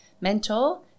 mentor